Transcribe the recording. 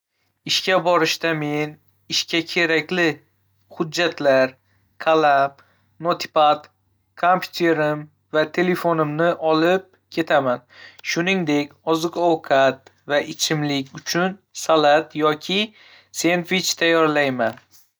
Ishga borishda, men ishga kerakli hujjatlar, qalam, notepad, kompyuterim va telefonimni olib ketaman. Shuningdek, oziq-ovqat va ichimlik uchun salat yoki sendvich tayyorlayman.